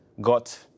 got